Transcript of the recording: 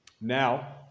Now